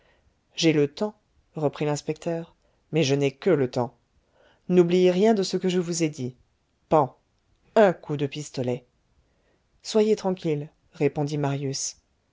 j'ai le temps reprit l'inspecteur mais je n'ai que le temps n'oubliez rien de ce que je vous ai dit pan un coup de pistolet soyez tranquille répondit marius